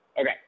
Okay